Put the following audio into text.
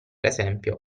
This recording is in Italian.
esempio